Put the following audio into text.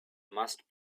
must